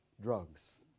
drugs